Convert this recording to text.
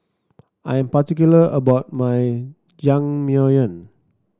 I am particular about my